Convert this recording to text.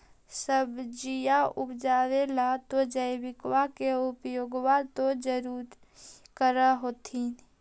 सब्जिया उपजाबे ला तो जैबिकबा के उपयोग्बा तो जरुरे कर होथिं?